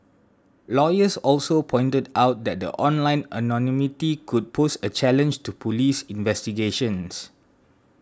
lawyers also pointed out that the online anonymity could pose a challenge to police investigations